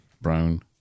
Brown